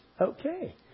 Okay